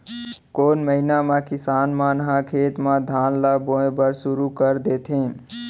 कोन महीना मा किसान मन ह खेत म धान ला बोये बर शुरू कर देथे?